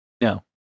No